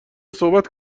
صحبت